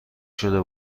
شده